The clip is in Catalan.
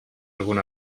algun